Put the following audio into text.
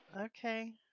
Okay